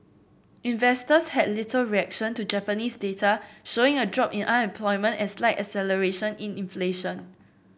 investors had little reaction to Japanese data showing a drop in unemployment and slight acceleration in inflation